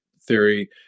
theory